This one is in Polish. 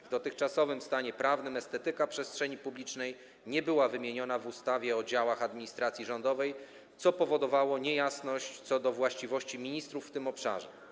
W dotychczasowym stanie prawnym estetyka przestrzeni publicznej nie była wymieniona w ustawie o działach administracji rządowej, co powodowało niejasności co do właściwości ministrów w tym obszarze.